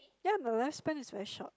ya but lifespan is very short